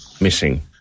missing